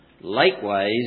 likewise